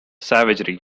savagery